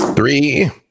Three